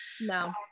no